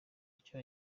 icyo